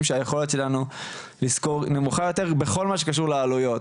שהיכולת שלנו לשכור דירות נמוכה יותר בכל מה שקשור לעלויות.